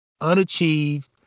unachieved